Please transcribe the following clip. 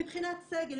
מבחינת סגל,